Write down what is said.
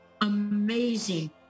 amazing